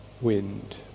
wind